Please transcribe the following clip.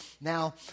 Now